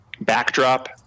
backdrop